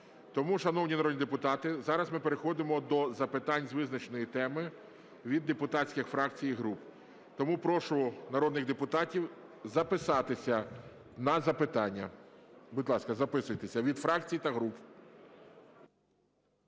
Тому, шановні народні депутати, зараз ми переходимо до запитань з визначеної теми від депутатських фракцій і груп. Тому прошу народних депутатів записатися на запитання. Будь ласка, записуйтесь від фракцій та груп.